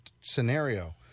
scenario